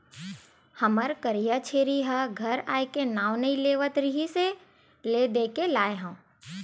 हमर करिया छेरी ह घर आए के नांव नइ लेवत रिहिस हे ले देके लाय हँव